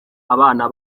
abana